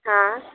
हां